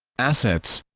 assets